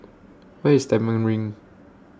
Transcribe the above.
Where IS Stagmont Ring